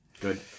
Good